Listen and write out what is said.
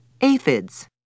aphids